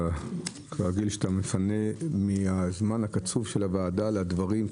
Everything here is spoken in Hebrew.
שאתה מפנה מהזמן הקצוב של הוועדה אתה